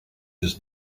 his